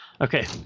Okay